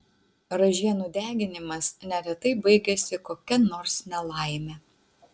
ražienų deginimas neretai baigiasi kokia nors nelaime